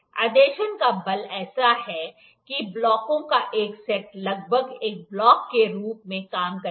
adhesion का बल ऐसा है कि ब्लॉकों का एक सेट लगभग एक ब्लॉक के रूप में काम करेगा